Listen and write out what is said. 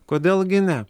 kodėl gi ne